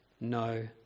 No